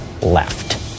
left